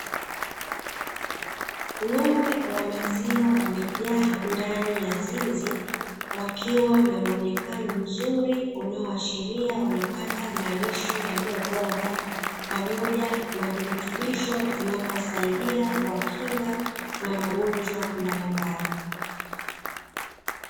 Ng'ombe wa maziwa wamejaa ndani ya zizi wakiwa na muonekano mzuri, ukiashiria wanapata malisho yaliyobora pamoja na virutubisho vinavyowasaidia kwa kinga na magonjwa mbalimbali.